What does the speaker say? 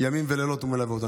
ימים ולילות הוא מלווה אותו,